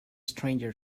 stranger